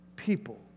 people